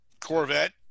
Corvette